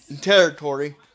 territory